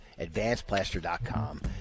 advancedplaster.com